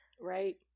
Right